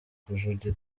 kujurira